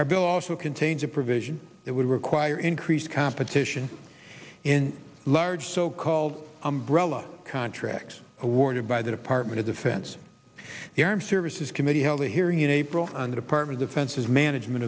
our bill also contains a provision that would require increased competition in large so called umbrella contracts awarded by the department of defense the armed services committee held a hearing in april on the department offenses management